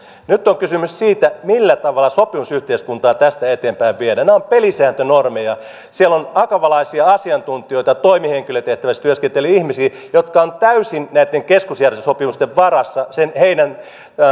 nyt on kysymys siitä millä tavalla sopimusyhteiskuntaa tästä eteenpäin viedään nämä ovat pelisääntönormeja siellä on akavalaisia asiantuntijoita ja toimihenkilötehtävissä työskenteleviä ihmisiä jotka ovat täysin näitten keskusjärjestösopimusten varassa heidän